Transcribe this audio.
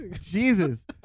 Jesus